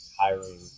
hiring